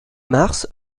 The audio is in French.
mars